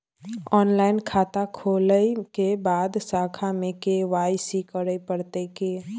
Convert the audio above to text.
Online खाता खोलै के बाद शाखा में के.वाई.सी करे परतै की?